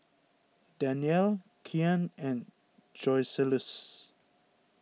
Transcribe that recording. Danyelle Kyan and Joseluis